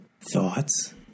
thoughts